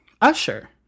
Usher